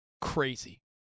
crazy